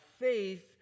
faith